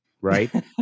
Right